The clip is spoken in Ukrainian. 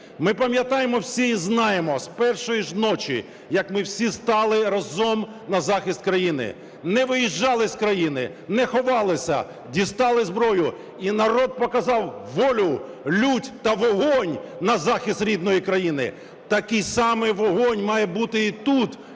Ми пам'ятаємо всі і знаємо з першої ж ночі, як ми всі стали разом на захист країни, не виїжджали з країни, не ховалися, дістали зброю і народ показав волю, лють та вогонь на захист рідної країни. Такий самий вогонь має бути і тут,